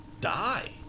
Die